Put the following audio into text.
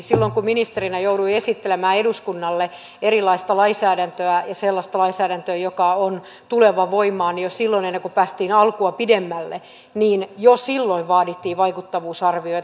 silloin kun ministerinä jouduin esittelemään eduskunnalle erilaista lainsäädäntöä ja sellaista lainsäädäntöä joka on tuleva voimaan jo silloin ennen kuin päästiin alkua pidemmälle vaadittiin vaikuttavuusarvioita